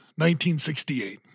1968